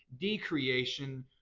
decreation